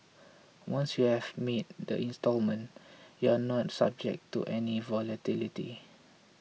once you have made the instalment you are not subject to any volatility